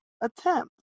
attempt